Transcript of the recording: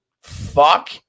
Fuck